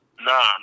nah